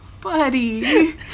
buddy